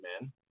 man